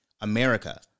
America